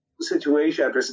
situation